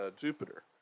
Jupiter